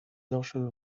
doszedł